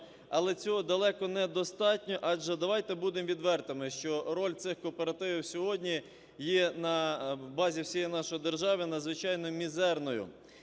але цього далеко недостатньо. Адже давайте, будемо відвертими, що роль цих кооперативів сьогодні є на базі всієї нашої держави надзвичайно мізерною.